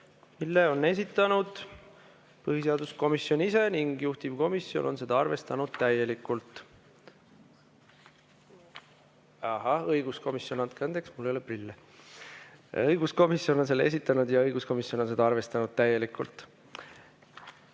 mille on esitanud põhiseaduskomisjon ise ning juhtivkomisjon on seda arvestanud täielikult. Ahah ... Õiguskomisjon. Andke andeks! Mul ei ole prille. Õiguskomisjon on selle esitanud ja õiguskomisjon on seda arvestanud täielikult.